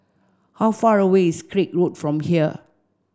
how far away is Craig Road from here